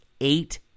eight